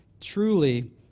Truly